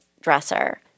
dresser